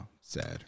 Sad